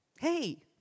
Hey